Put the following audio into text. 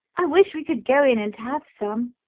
i wish we could go in and have some,